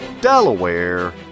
Delaware